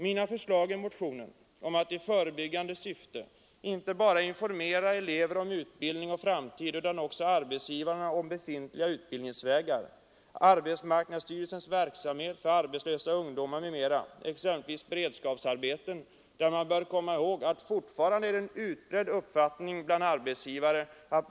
Man bör komma ihåg att det fortfarande är en utbredd uppfattning bland arbetsgivare att det är något fult och billigt att ha beredskapsarbete bakom sig; det betraktas som ett skäl mot att anställa personen i fråga. Det är fel att tycka så, men vi måste möta den uppfattningen med information.